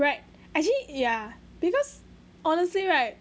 right actually yeah because honestly right